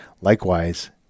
Likewise